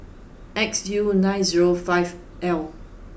X U nine zero five L